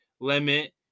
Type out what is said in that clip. limit